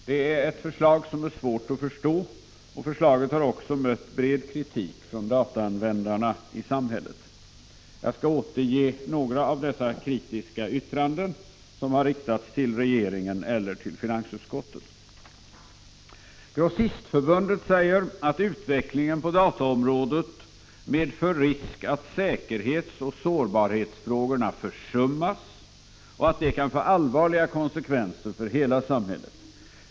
Det är ett förslag som det är svårt att förstå, och förslaget har också mött bred kritik från dataanvändarna i samhället. Jag skall återge en del av dessa kritiska yttranden som har riktats till regeringen eller till finansutskottet. Grossistförbundet säger att utvecklingen på dataområdet medför risk att säkerhetsoch sårbarhetsfrågorna försummas och att det kan få allvarliga konsekvenser för hela samhället.